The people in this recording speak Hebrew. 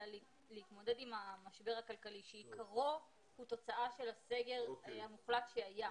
אלא להתמודד עם המשבר הכלכלי שעיקרו הוא תוצאה של הסגר המוחלט שהיה.